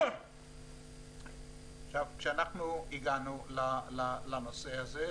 כשאנחנו הגענו לנושא הזה,